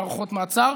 בהארכות מעצר.